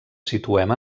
situem